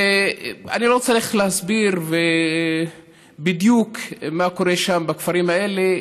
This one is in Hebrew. אני לא צריך להסביר בדיוק מה קורה בכפרים האלה.